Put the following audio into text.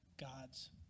God's